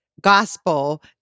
gospel